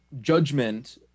judgment